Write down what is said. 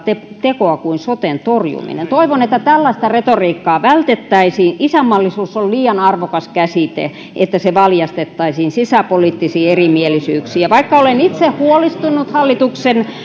tekoa kuin soten torjuminen toivon että tällaista retoriikkaa vältettäisiin isänmaallisuus on liian arvokas käsite että se valjastettaisiin sisäpoliittisiin erimielisyyksiin ja vaikka olen itse huolestunut hallituksen